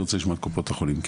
אני רוצה לשמוע את קופות החולים.